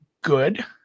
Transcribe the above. good